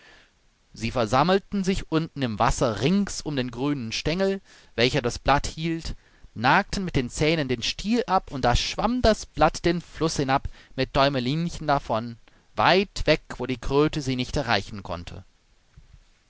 sie versammelten sich unten im wasser rings um den grünen stengel welcher das blatt hielt nagten mit den zähnen den stiel ab und da schwamm das blatt den fluß hinab mit däumelinchen davon weit weg wo die kröte sie nicht erreichen konnte